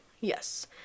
Yes